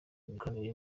imikoranire